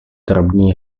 drobný